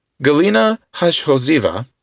galena hashhozheva,